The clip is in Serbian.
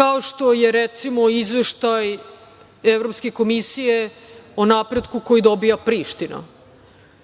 kao što je recimo Izveštaj Evropske komisije o napretku koji dobija Priština,